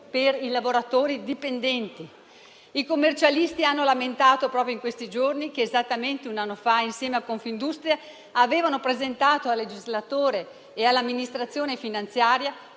per i lavoratori dipendenti. I commercialisti hanno lamentato - proprio in questi giorni - che, esattamente un anno fa, insieme a Confindustria, avevano presentato al legislatore e all'amministrazione finanziaria